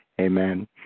Amen